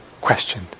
question